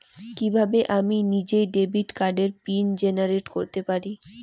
কিভাবে আমি নিজেই ডেবিট কার্ডের পিন জেনারেট করতে পারি?